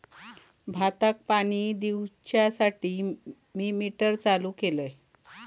भाताक पाणी दिवच्यासाठी मी मोटर चालू करू?